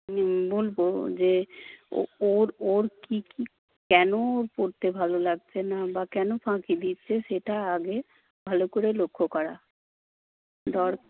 বলবো যে ওর ওর কি কি কেন ওর পড়তে ভালো লাগছে না বা কেন ফাঁকি দিচ্ছে সেটা আগে ভালো করে লক্ষ্য করা দর